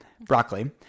broccoli